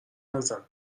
نزن